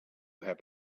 have